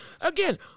again